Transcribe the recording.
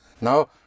Now